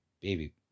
Baby